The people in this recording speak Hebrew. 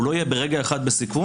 הוא לא יהיה ברגע אחד בסיכון,